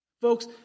Folks